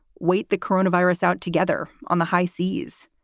wait. the coronavirus out together on the high seas.